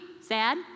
sad